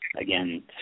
again